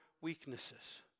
weaknesses